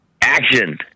action